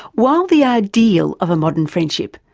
while the ideal of a modern friendship,